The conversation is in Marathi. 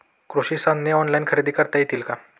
कृषी साधने ऑनलाइन खरेदी करता येतील का?